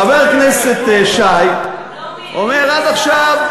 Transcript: חבר הכנסת שי אומר "עד עכשיו",